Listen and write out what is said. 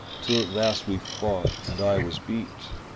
till at last we fought and i was beat.